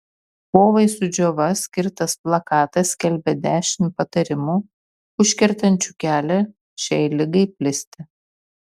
kovai su džiova skirtas plakatas skelbia dešimt patarimų užkertančių kelią šiai ligai plisti